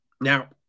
Now